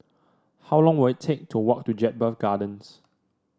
how long will it take to walk to Jedburgh Gardens